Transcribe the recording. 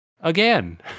again